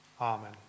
Amen